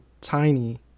tiny